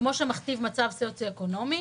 כפי שמכתיב המצב הסוציו-אקונומי.